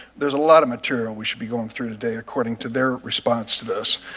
there's a lot of material we should be going through today, according to their response to this,